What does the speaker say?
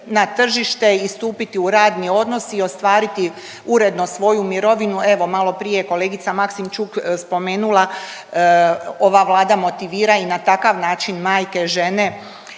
na tržište i stupiti u radni odnos i ostvariti uredno svoju mirovinu. Evo malo prije je kolegica Maksimčuk spomenula ova Vlada motivira i na takav način majke, žene